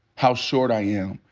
how short i am,